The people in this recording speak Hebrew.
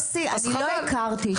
יוסי אני לא הכרתי את זה.